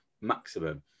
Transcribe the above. maximum